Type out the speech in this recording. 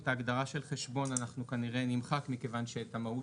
את ההגדרה של חשבון אנחנו כנראה נמחק מכיוון שאת המהות